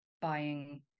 buying